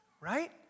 Right